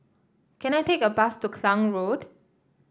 can I take a bus to Klang Road